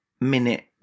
minute